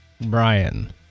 Brian